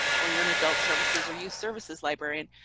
or you're and adult services or youth services librarian,